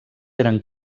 eren